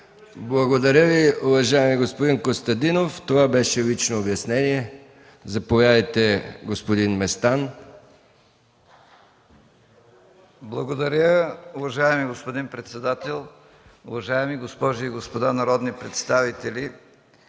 Благодаря Ви, уважаеми господин Костадинов. Това беше лично обяснение. Заповядайте, господин Местан. ЛЮТВИ МЕСТАН (ДПС): Благодаря, уважаеми господин председател. Уважаеми госпожи и господа народни представители,